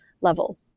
level